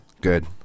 Good